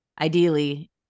Ideally